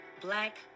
black